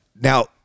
now